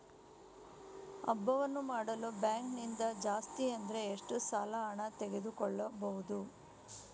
ಹಬ್ಬವನ್ನು ಮಾಡಲು ಬ್ಯಾಂಕ್ ನಿಂದ ಜಾಸ್ತಿ ಅಂದ್ರೆ ಎಷ್ಟು ಸಾಲ ಹಣ ತೆಗೆದುಕೊಳ್ಳಬಹುದು?